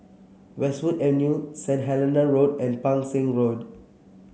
Westwood Avenue Saint Helena Road and Pang Seng Road